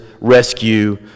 rescue